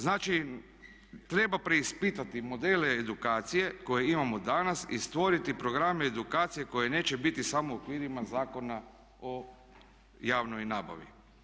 Znači, treba preispitati modele edukacije koje imamo danas i stvoriti programe edukacije koji neće biti samo u okvirima Zakona o javnoj nabavi.